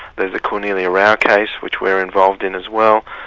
there's the cornelia rau case which we're involved in as well.